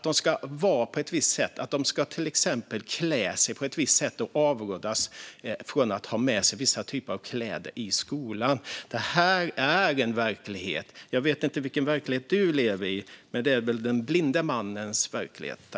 De ska vara på ett visst sätt och till exempel klä sig på ett visst sätt och avråds från att ha med sig vissa typer av kläder i skolan. Detta är en verklighet. Jag vet inte vilken verklighet du lever i - det är väl den blinde mannens verklighet.